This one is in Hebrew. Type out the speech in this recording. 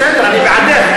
בסדר, אני בעדך.